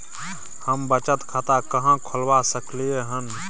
हम बचत खाता कहाॅं खोलवा सकलिये हन?